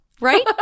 Right